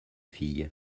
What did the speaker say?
fille